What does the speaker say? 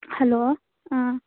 hello ꯑꯥ